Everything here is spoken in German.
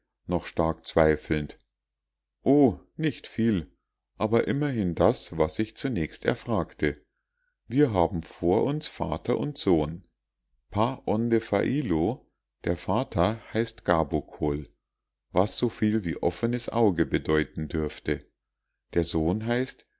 noch stark zweifelnd o nicht viel aber immerhin das was ich zunächst erfragte wir haben vor uns vater und sohn pa onde failo der vater heißt gabokol was so viel wie offenes auge bedeuten dürfte der sohn heißt